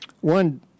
one